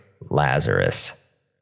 Lazarus